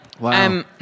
Wow